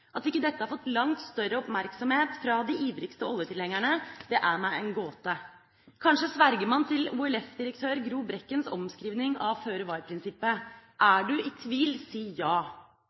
At ikke dette har fått langt større oppmerksomhet fra de ivrigste oljetilhengerne, er meg en gåte. Kanskje sverger man til OLF-direktør Gro Brekkens omskrivning av føre-var-prinsippet: Er du i tvil, si ja!